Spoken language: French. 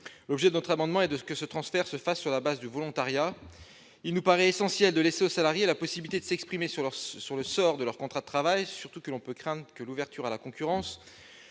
objet de garantir que ce transfert se fera sur la base du volontariat. Il nous paraît en effet essentiel de laisser aux salariés la possibilité de s'exprimer sur le sort de leur contrat de travail, dans la mesure où l'on peut craindre que l'ouverture à la concurrence